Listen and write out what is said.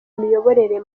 miyoborere